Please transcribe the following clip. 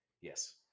Yes